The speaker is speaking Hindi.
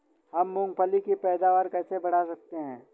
हम मूंगफली की पैदावार कैसे बढ़ा सकते हैं?